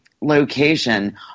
location